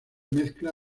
mezcla